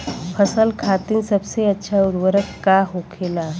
फसल खातीन सबसे अच्छा उर्वरक का होखेला?